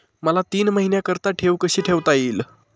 मला तीन महिन्याकरिता ठेव कशी ठेवता येईल?